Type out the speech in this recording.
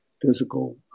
Physical